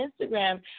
Instagram